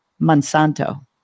Monsanto